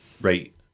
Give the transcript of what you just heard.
Right